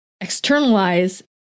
externalize